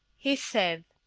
he said